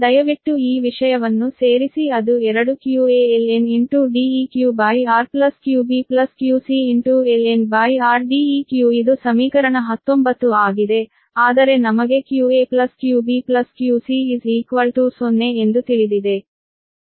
ದಯವಿಟ್ಟು ಈ ವಿಷಯವನ್ನು ಸೇರಿಸಿ ಅದು 2qaln Deqr qbqcln upon r Deq ಇದು ಸಮೀಕರಣ 19 ಆಗಿದೆ ಆದರೆ ನಮಗೆ q aq bq c0 ಎಂದು ತಿಳಿದಿದೆ